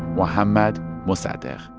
mohammad mossadegh